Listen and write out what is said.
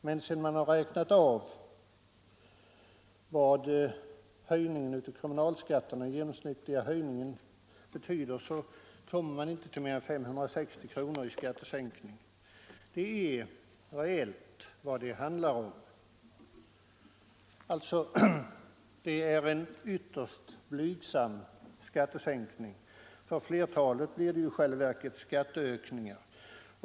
Men sedan man räknat av den effekt som den genomsnittliga höjningen av kommunalskatterna medför blir resultatet inte mer än 560 kronor i skattesänkning. Det är vad det reellt handlar om. Det är en ytterst blygsam skattesänkning. För flertalet blir det i själva verket skatteökningar.